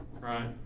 right